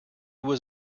was